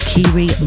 Kiri